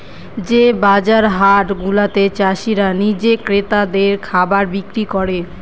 যে বাজার হাট গুলাতে চাষীরা নিজে ক্রেতাদের খাবার বিক্রি করে